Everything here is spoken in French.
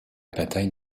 bataille